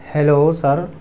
hello sir